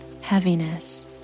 heaviness